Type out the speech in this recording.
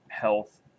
Health